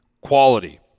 quality